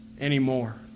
anymore